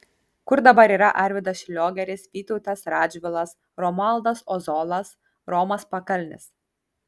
kur dabar yra arvydas šliogeris vytautas radžvilas romualdas ozolas romas pakalnis